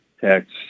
text